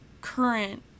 current